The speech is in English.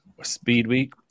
Speedweek